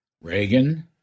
Reagan